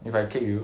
if I kick you